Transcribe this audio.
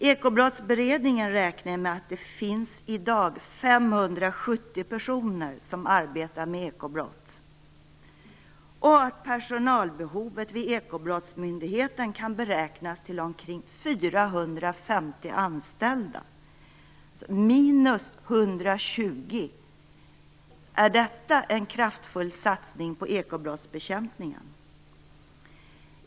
Ekobrottsberedningen räknar med att det i dag finns 570 personer som arbetar med ekobrott och att personalbehovet vid Ekobrottsmyndigheten kan beräknas till omkring 450 anställda, alltså minus 120. Är detta en kraftfull satsning på ekobrottsbekämpningen?